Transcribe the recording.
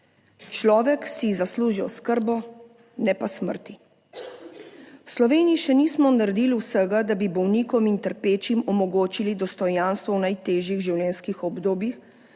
Človek si zasluži oskrbo, ne pa smrti. V Sloveniji še nismo naredili vsega, da bi bolnikom in trpečim omogočili dostojanstvo v najtežjih življenjskih obdobjih,